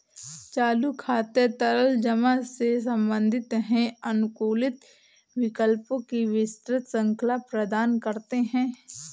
चालू खाते तरल जमा से संबंधित हैं, अनुकूलित विकल्पों की विस्तृत श्रृंखला प्रदान करते हैं